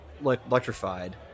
electrified